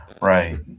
Right